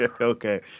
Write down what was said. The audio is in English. Okay